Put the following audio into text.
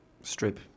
strip